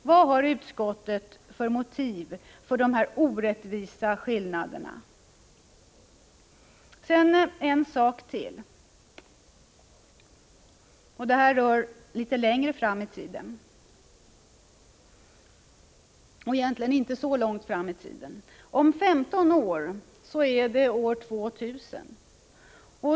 Vad har utskottet för motiv för dessa orättvisa skillnader? Därefter vill jag ta upp något som berör en ganska snar framtid. Om 15 år är det år 2000.